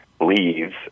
leaves